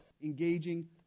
engaging